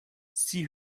sie